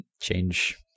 change